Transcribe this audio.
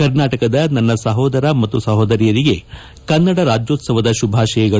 ಕರ್ನಾಟಕದ ನನ್ನ ಸಹೋದರ ಮತ್ತು ಸಹೋದರಿಯರಿಗೆ ಕನ್ನಡ ರಾಜ್ಯೋತ್ಸವದ ಶುಭಾಶಯಗಳು